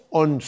on